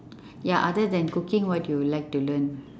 ya other than cooking what you like to learn